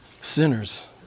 sinners